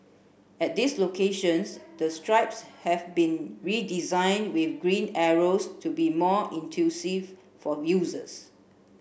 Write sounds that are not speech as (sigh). at these locations the strips have been redesigned with green arrows to be more (unintelligible) for users